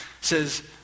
says